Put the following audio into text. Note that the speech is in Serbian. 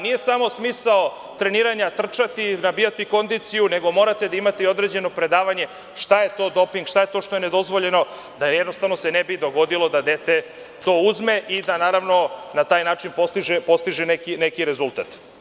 Nije samo smisao treniranja trčati, nabijati kondiciju, nego morate da imate i određeno predavanje, šta je to doping, šta je to što je nedozvoljeno, da se ne bi dogodilo da dete to uzme i da na taj način postiže neki rezultat.